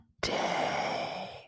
day